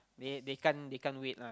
they they can't they can't wait lah